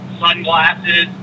Sunglasses